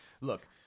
look